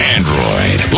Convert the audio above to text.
Android